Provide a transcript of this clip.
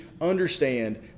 understand